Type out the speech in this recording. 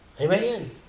Amen